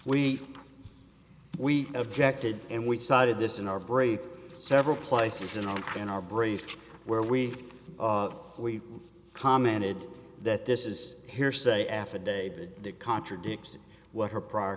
we we objected and we decided this in our break several places in our in our brief where we of we commented that this is hearsay affidavit that contradicts what her prior